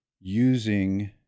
using